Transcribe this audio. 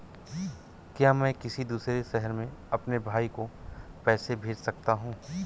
क्या मैं किसी दूसरे शहर में अपने भाई को पैसे भेज सकता हूँ?